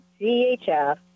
CHF